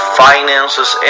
finances